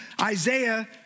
Isaiah